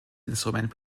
instrument